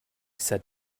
said